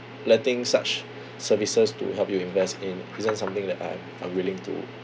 letting such services to help you invest in isn't something that I I am unwilling to